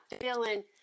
feeling